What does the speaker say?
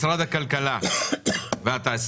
משרד הכלכלה והתעשייה.